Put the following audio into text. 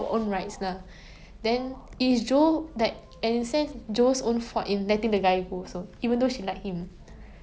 so I feel like they covered they really showed the progress of like womenhood and like feminism